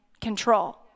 control